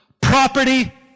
property